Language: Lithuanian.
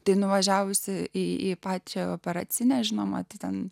tai nuvažiavusi į pačią operacinę žinoma ten